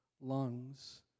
lungs